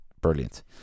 brilliant